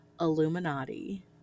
Illuminati